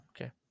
okay